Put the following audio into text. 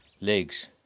legs